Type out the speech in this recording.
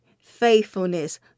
faithfulness